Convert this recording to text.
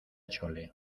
chole